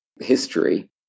history